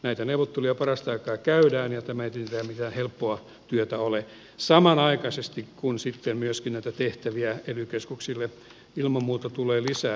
näitä neuvotteluita parasta aikaa käydään ja tämä ei tietenkään mitään helppoa työtä ole kun samanaikaisesti myöskin ilman muuta tulee lisää tehtäviä ely keskuksille